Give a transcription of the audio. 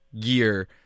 gear –